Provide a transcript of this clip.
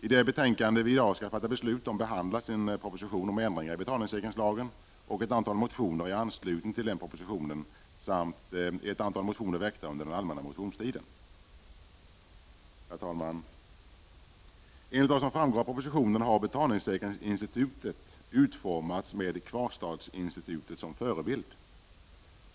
I det betänkande vi i dag skall fatta beslut om behandlas en proposition om ändringar i betalningssäkringslagen och ett antal motioner i anslutning till den propositionen samt ett antal motioner väckta under den allmänna motionstiden. Herr talman! Enligt vad som framgår av propositionen har betalningssäkringsinstitutet utformats med kvarstadsinstitutet som förebild.